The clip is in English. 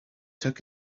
took